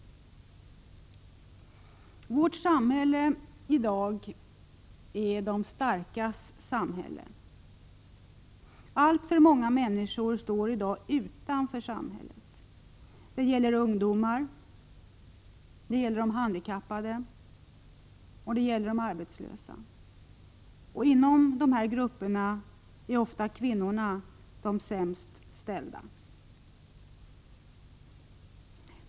Vårt samhälle i dag är de starkas samhälle. Alltför många människor står i dag utanför samhället. Det gäller ungdomar, det gäller de handikappade och det gäller de arbetslösa. Inom dessa grupper är ofta kvinnorna de sämst ställda.